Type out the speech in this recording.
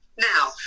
Now